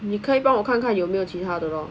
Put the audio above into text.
你可以帮我看看有没有其他的 lor